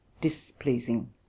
displeasing